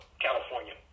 California